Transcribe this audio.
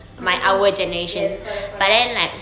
macam kau yes correct correct